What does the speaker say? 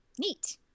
Neat